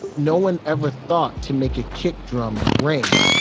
no one ever thought to make a kick drum ring,